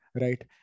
Right